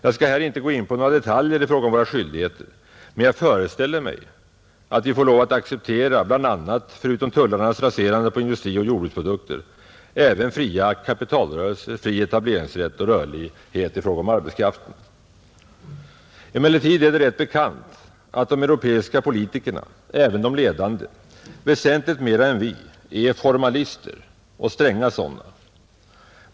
Jag skall här inte gå in på några detaljer i fråga om våra skyldigheter, men jag föreställer mig att vi får lov att bl.a. acceptera att förutom tullarnas raserande på industrioch jordbruksprodukter även godta fria kapitalrörelser, fri etableringsrätt och rörlig arbetskraft. Emellertid är det rätt bekant att de europeiska politikerna, även de ledande, väsentligt mera än vi är formalister och stränga sådana.